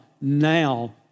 now